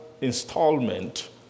installment